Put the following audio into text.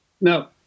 No